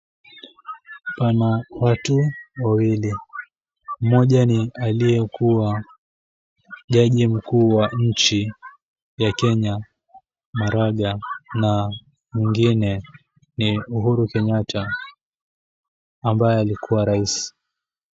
Pana watu wawili, mmoja ni aliyekuwa jaji mkuu wa nchi ya Kenya, Maraga na mwingine ni Uhuru Kenyatta ambaye alikuwa raisi.